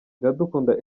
iradukunda